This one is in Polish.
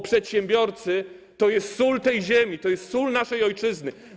Przedsiębiorcy to jest sól tej ziemi, to jest sól naszej ojczyzny.